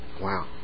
Wow